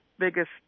biggest